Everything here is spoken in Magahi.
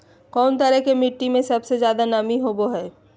कौन तरह के मिट्टी में सबसे जादे नमी होबो हइ?